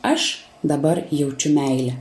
aš dabar jaučiu meilę